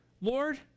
Lord